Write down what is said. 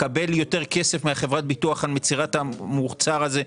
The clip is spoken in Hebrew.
מקבל יותר כסף מחברת הביטוח על מכירת המוצר הזה,